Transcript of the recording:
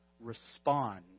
respond